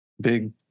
big